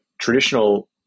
traditional